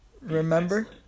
Remember